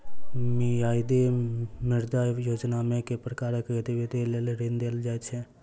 मियादी ऋण योजनामे केँ प्रकारक गतिविधि लेल ऋण देल जाइत अछि